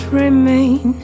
remain